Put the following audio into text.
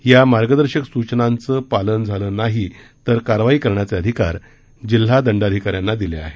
या मार्गदर्शक सूचना सूचनांचं पालन झालं नाही तर कारवाई करण्याचे अधिकार जिल्हादंडाधिकाऱ्याना दिले आहेत